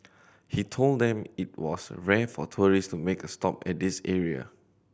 he told them it was rare for tourist to make a stop at this area